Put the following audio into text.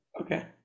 Okay